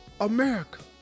America